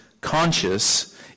conscious